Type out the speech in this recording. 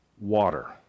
water